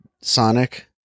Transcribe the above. Sonic